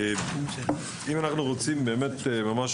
אנחנו רוצים ממש